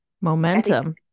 momentum